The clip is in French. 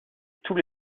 tous